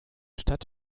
stadt